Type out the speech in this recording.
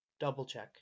Double-check